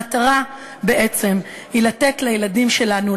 המטרה בעצם היא לתת לילדים שלנו,